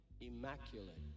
immaculate